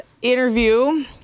Interview